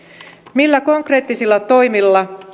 millä konkreettisilla toimilla